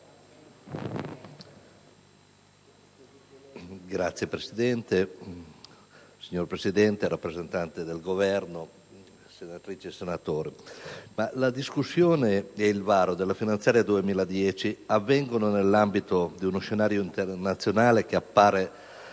*(PdL)*. Signor Presidente, rappresentanti del Governo, onorevoli senatrici e senatori, la discussione e il varo della finanziaria 2010 avvengono nell'ambito di uno scenario internazionale che appare